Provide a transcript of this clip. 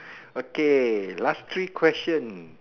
okay last three questions